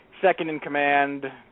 second-in-command